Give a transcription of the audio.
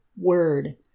word